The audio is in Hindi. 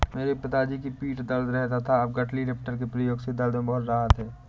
मेरे पिताजी की पीठ दर्द रहता था अब गठरी लिफ्टर के प्रयोग से दर्द में बहुत राहत हैं